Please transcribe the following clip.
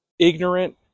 Ignorant